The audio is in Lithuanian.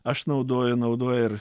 aš naudoju naudoja ir